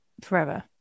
forever